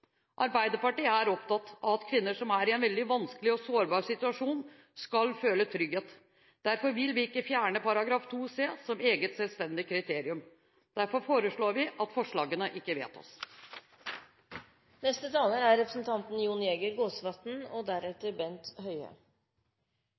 Arbeiderpartiet er opptatt av at kvinner som er i en veldig vanskelig og sårbar situasjon, skal føle trygghet. Derfor vil vi ikke fjerne § 2 c som et eget selvstendig kriterium. Derfor foreslår vi at forslagene ikke vedtas. Fremskrittspartiets representanter har støttet dagens gjeldende abortlov og mener fremdeles at den er